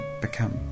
become